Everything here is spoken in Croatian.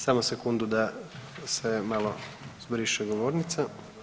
Samo sekundu se malo zbriše govornica.